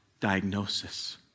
diagnosis